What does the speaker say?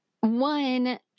One